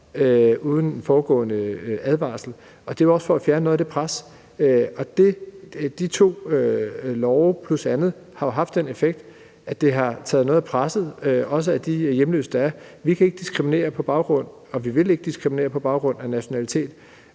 uden forudgående advarsel, og det var jo også for at fjerne noget af det pres. De to love plus andet har haft den effekt, at det også har taget noget af presset af de hjemløse, der er. Vi kan og vil ikke diskriminere på baggrund af nationalitet,